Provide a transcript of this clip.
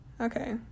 Okay